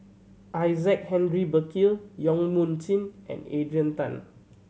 Isaac Henry Burkill Yong Mun Chee and Adrian Tan